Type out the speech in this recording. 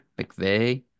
McVeigh